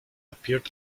appeared